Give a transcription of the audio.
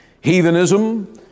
Heathenism